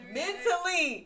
mentally